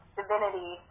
divinity